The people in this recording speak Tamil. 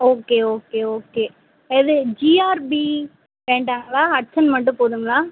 ஓகே ஓகே ஓகே எது ஜிஆர்பி வேண்டாங்களா ஹட்சன் மட்டும் போதுங்களா